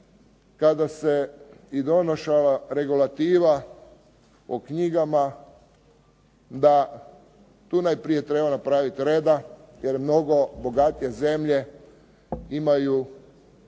kada se i donošala regulativa o knjigama da tu najprije treba napraviti reda, jer mnogo bogatije zemlje imaju